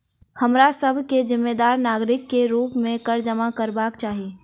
हमरा सभ के जिम्मेदार नागरिक के रूप में कर जमा करबाक चाही